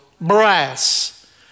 brass